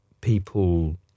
people